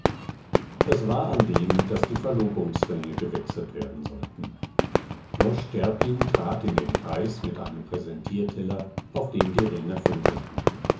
es war an dem daß die verlobungsringe gewechselt werden sollten mosch terpin trat in den kreis mit einem präsentierteller auf dem die ringe funkelten